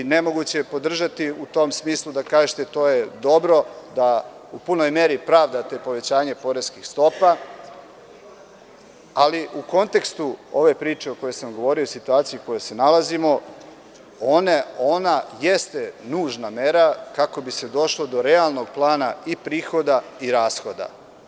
Nemoguće je podržati u tom smislu i da se kaže – to je dobro, da u punoj meri pravdate povećanje poreskih stopa, ali u kontekstu ove priče o kojoj sam govorio u situaciji u kojoj se nalazimo, ona jeste nužna mera kako bi se došlo do realnog plana prihoda i rashoda.